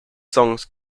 songs